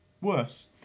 Worse